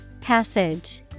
Passage